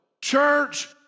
Church